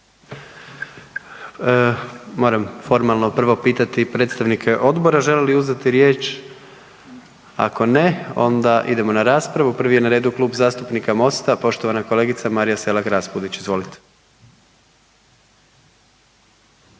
Moram formalno prvo pitati predstavnike odbora žele li uzeti riječ? Ako ne onda idemo na raspravu, prvi je na redu Klub zastupnika MOST-a, poštovana kolegica Marija Selak Raspudić, izvolite.